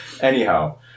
Anyhow